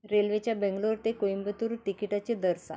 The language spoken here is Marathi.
रेल्वेच्या बेंगलोर ते कोइंबतूर तिकिटाचे दर सांगा